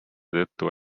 tõttu